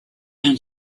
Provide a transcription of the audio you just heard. and